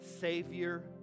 Savior